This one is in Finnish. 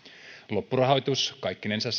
loppurahoitus kaikkinensa